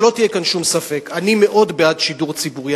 שלא יהיה כאן שום ספק: אני מאוד בעד שידור ציבורי,